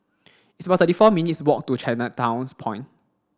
it's about thirty four minutes' walk to Chinatown Point